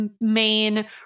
main